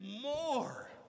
more